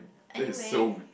anyway